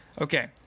Okay